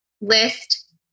list